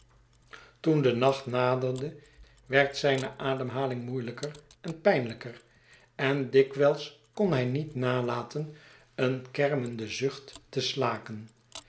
toen de nachtnaderde werd zijne ademhaling moeielijker en pijolijker en dikwijls kon hij niet nalaten een kermenden zucht te slaken